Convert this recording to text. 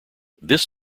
this